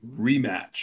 rematch